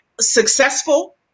successful